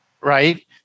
right